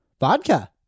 Vodka